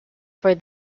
for